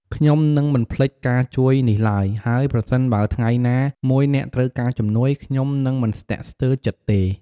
ខ្ញុំនឹងមិនភ្លេចការជួយនេះឡើយ ហើយប្រសិនបើថ្ងៃណាមួយអ្នកត្រូវការជំនួយ ខ្ញុំនឹងមិនស្ទាក់ស្ទើរចិត្តទេ។